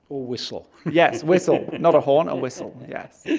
or whistle. yes, whistle. not a horn, a whistle, yes.